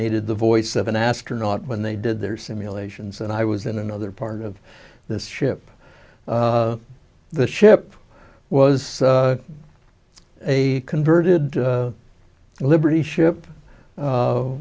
needed the voice of an astronaut when they did their simulations and i was in another part of this ship the ship was a converted liberty ship